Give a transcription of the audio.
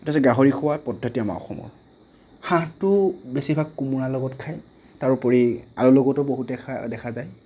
তাৰ পিছতে গাহৰি খোৱা পদ্ধতি আমাৰ অসমৰ হাঁহটো বেছি কোমোৰাৰ লগত খাই তাৰোপৰি আলুৰ লগতো বহুতে খায় দেখা যায়